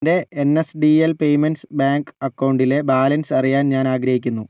എൻ്റെ N S D L payments bank അക്കൗണ്ടിലെ balance അറിയാൻ ഞാനാഗ്രഹിക്കുന്നു